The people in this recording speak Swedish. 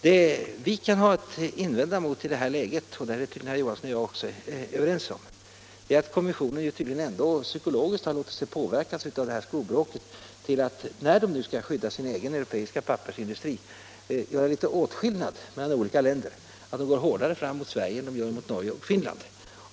Det vi kan ha att invända emot i detta läge — det tycks herr Johansson och jag vara överens om —- är att kommissionen tydligen ändå psykologiskt har låtit sig påverkas av det här skobråket till att, när kommissionen nu skall skydda den europeiska pappersindustrin, göra åtskillnad mellan olika länder, att gå hårdare fram mot Sverige än mot Norge och Finland.